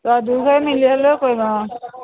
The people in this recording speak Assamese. অ দুইঘৰে মিলি হ'লেও কৰিম অ